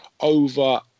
over